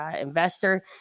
investor